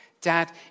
Dad